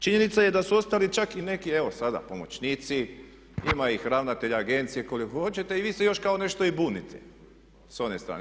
Činjenica je da su ostali čak i neki evo sada pomoćnici, ima ih ravnatelja agencija koliko hoćete i vi se još kao nešto i bunite s one strane.